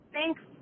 Thanks